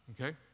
okay